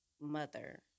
mother